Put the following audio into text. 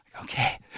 okay